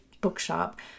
bookshop